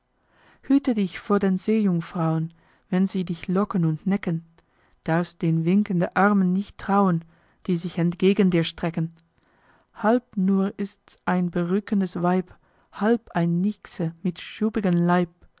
hüte dich vor den seejungfrau'n wenn sie dich locken und necken darfst den winkenden armen nicht trauen die sich entgegen dir strecken halb nur ist's ein berückendes weib halb eine nixe mit schuppigem leib